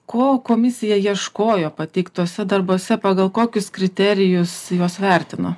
ko komisija ieškojo pateiktuose darbuose pagal kokius kriterijus juos vertino